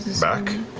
back?